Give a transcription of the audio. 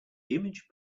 image